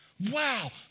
Wow